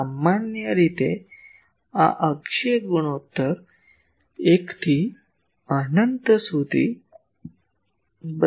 અને સામાન્ય રીતે આ અક્ષીય ગુણોત્તર 1 થી અનંત સુધી બદલાય છે